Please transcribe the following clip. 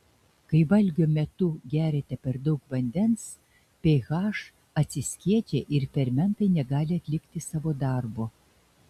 kai valgio metu geriate per daug vandens ph atsiskiedžia ir fermentai negali atlikti savo darbo